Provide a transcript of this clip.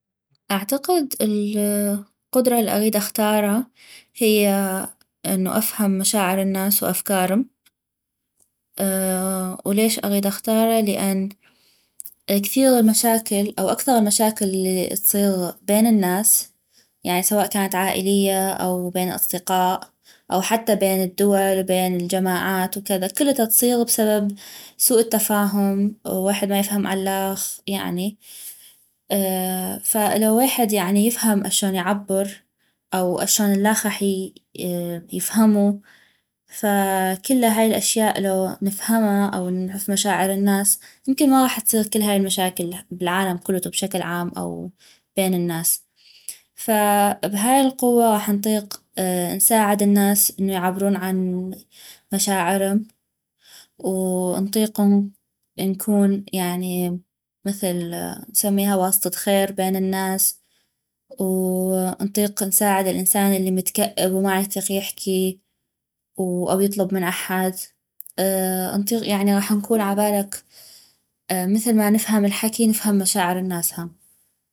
أعتقد ال القدرة الاغيد اختارا هية انو افهم مشاعر الناس وأفكارم وليش اغيد اختارا لأن كثيغ مشاكل أو اكثغ المشاكل ألي تصيغ بين الناس يعني سواء كانت عائلية أو بين أصدقاء أو حتى بين الدول و بين الجماعات كذا كلتا تصيغ بسبب سوء التفاهم ويحد ما يفهم عاللخ يعني فلو ويحد يعني يفهم أشون يعبر أو اشون اللخ غاح يفهمو فكلا هاي الأشياء لو نفهما أو نعف مشاعر الناس يمكن ما غاح تصير هاي المشاكل بالعالم كلتو بشكل عام أو بين الناس أبهاي القوة غاح نطيق نساعد الناس انو يعبرون عن مشاعرم و نطيق نكون يعني مثل نسميها واسطة خير بين الناس و نطيق نساعد الأنسان الي متكئب و ما عيطيق يحكي أو يطلب من أحد نطيق غاح نكون عبالك مثل ما نفهم الحكي نفهم مشاعر الناس هم